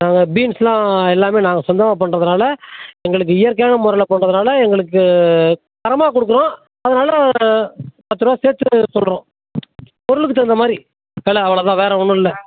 பீன்ஸெல்லாம் எல்லாமே நாங்கள் சொந்தமாக பண்ணுறதனால எங்களுக்கு இயற்கையான முறையில் கொண்டதனால் எங்களுக்கு தரமாக கொடுக்குறோம் அதனால் பத்து ரூபா சேர்த்து சொல்கிறோம் பொருளுக்கு தகுந்தமாதிரி விலை அவ்வளோதான் வேறு ஒன்றும் இல்லை